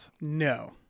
No